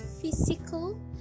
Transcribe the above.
physical